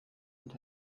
und